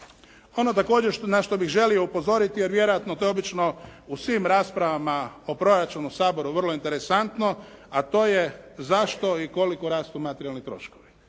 Ono također, na što bih želio upozoriti jer vjerojatno to je obično u svim raspravama o proračunu u Saboru vrlo interesantno a to je zašto i koliko rastu materijalni troškovi,